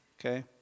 Okay